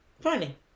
Funny